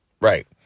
Right